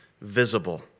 visible